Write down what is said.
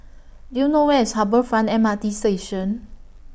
Do YOU know Where IS Harbour Front M R T Station